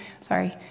sorry